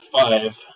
five